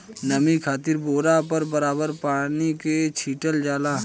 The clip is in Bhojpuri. नमी खातिर बोरा पर बराबर पानी के छीटल जाला